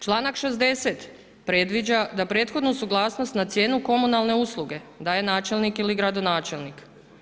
Članak 60. predviđa da prethodnu suglasnost na cijenu komunalne usluge da je načelnik ili gradonačelnik.